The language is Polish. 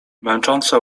męczące